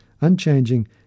unchanging